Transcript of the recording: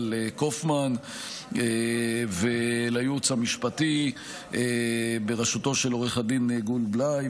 קופמן ולייעוץ המשפטי בראשותו של עו"ד גור בליי,